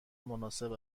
مناسب